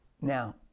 Now